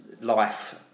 life